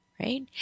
Right